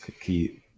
key